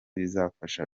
bizafasha